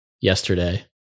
yesterday